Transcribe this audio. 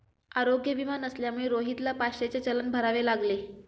आरोग्य विमा नसल्यामुळे रोहितला पाचशेचे चलन भरावे लागले